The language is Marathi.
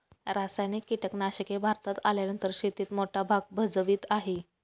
रासायनिक कीटनाशके भारतात आल्यानंतर शेतीत मोठा भाग भजवीत आहे